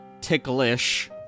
Ticklish